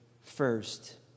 first